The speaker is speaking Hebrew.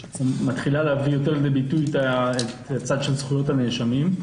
שמתחילה להביא יותר לידי ביטוי את הצד של זכויות הנאשמים.